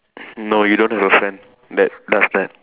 no you don't have a friend that does that